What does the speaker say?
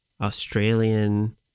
Australian